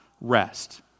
rest